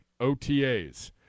OTAs